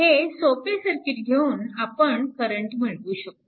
हे सोपे सर्किट घेऊन आपण करंट मिळवू शकतो